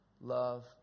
Love